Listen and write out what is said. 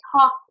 talk